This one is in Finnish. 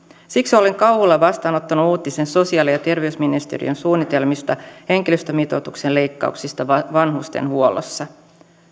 siksi olen kauhulla vastaanottanut uutisen sosiaali ja terveysministeriön suunnitelmista henkilöstömitoituksen leikkauksista vanhustenhuollossa